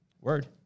word